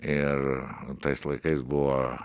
ir tais laikais buvo